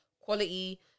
quality